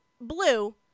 Blue